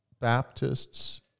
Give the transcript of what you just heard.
Baptists